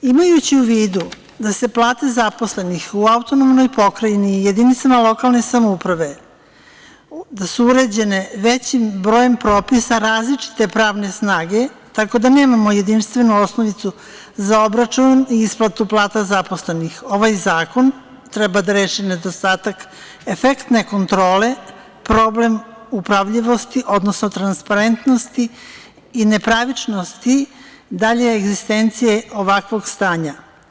Imajući u vidu da su plate zaposlenih u AP i jedinicama lokalne samouprave uređene većim brojem propisa različite pravne snage, tako da nemamo jedinstvenu osnovicu za obračun i isplatu plata zaposlenih, ovaj Zakon treba da reši nedostatak efektne kontrole, problem upravljivosti, odnosno transparentnosti i nepravičnosti dalje egzistencije ovakvog stanja.